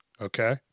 Okay